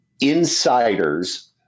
insiders